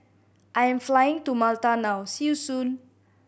I am flying to Malta now see you soon